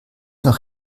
noch